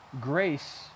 grace